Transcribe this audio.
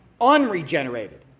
unregenerated